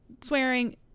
Swearing